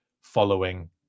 following